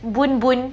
boon boon